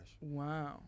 Wow